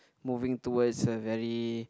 moving towards a very